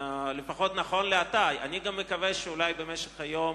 לפחות נכון לעת עתה, אני גם מקווה שבמשך היום